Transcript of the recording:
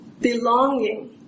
belonging